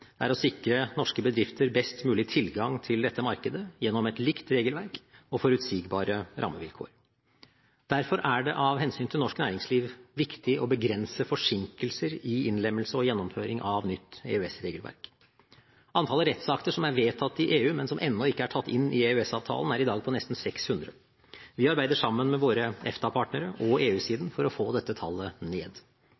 målsetting er å sikre norske bedrifter best mulig tilgang til dette markedet gjennom et likt regelverk og forutsigbare rammevilkår. Derfor er det av hensyn til norsk næringsliv viktig å begrense forsinkelser i innlemmelse og gjennomføring av nytt EØS-regelverk. Antallet rettsakter som er vedtatt i EU, men som ennå ikke tatt inn i EØS-avtalen, er i dag nesten 600. Vi arbeider sammen med våre EFTA-partnere og